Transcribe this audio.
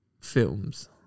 films